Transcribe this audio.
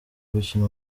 gukina